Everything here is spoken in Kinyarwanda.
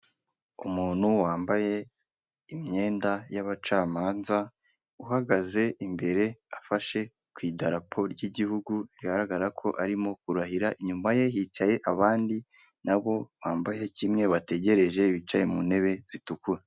Umuntu wambaye imyenda y'abacamanza, uhagaze imbere afashe ku idarapo ry'igihugu bigaragara ko arimo kurahira, inyuma ye hicaye abandi na bo bambaye kimwe bategereje bicaye mu ntebe zitukura.